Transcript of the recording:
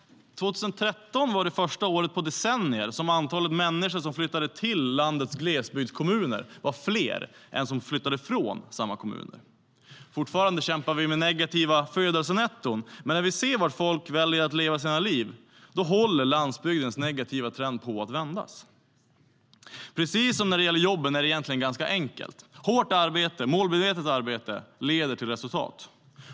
År 2013 var det första året på decennier som antalet människor som flyttade till landets glesbygdskommuner var fler än de som flyttade från samma kommuner. Fortfarande kämpar vi med negativa födelsenetton, men när vi ser var folk väljer att leva sina liv håller landsbygdens negativa trend på att vändas. Precis som när det gäller jobben är det egentligen ganska enkelt: Hårt och målmedvetet arbete leder till resultat.